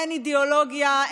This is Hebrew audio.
אין אידיאולוגיה,